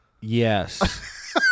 Yes